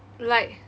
like